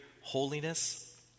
holiness